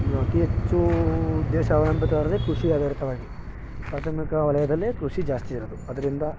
ಅತಿ ಹೆಚ್ಚು ದೇಶ ಅವಲಂಬಿತವಾಗಿರೋದೆ ಕೃಷಿ ಆಧಾರಿತವಾಗಿ ಪ್ರಾಥಮಿಕ ವಲಯದಲ್ಲಿ ಕೃಷಿ ಜಾಸ್ತಿ ಇರೋದು ಅದರಿಂದ